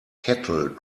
kettle